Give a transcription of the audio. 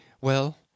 Well